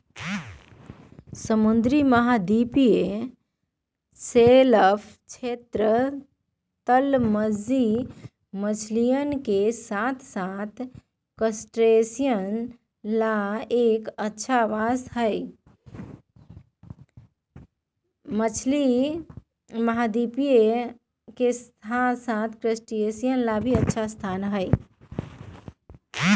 समृद्ध महाद्वीपीय शेल्फ क्षेत्र, तलमज्जी मछलियन के साथसाथ क्रस्टेशियंस ला एक अच्छा आवास हई